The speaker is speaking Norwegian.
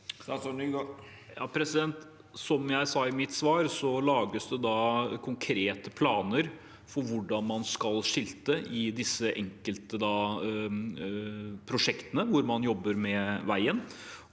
Som jeg sa i mitt svar, lages det konkrete planer for hvordan man skal skilte i disse enkeltprosjektene, hvor man jobber med veien,